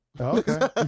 okay